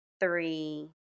Three